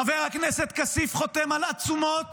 חבר הכנסת כסיף חותם על עצומות